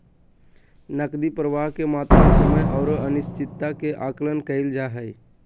नकदी प्रवाह के मात्रा, समय औरो अनिश्चितता के आकलन कइल जा हइ